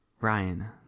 Ryan